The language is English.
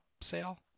sale